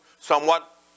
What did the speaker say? somewhat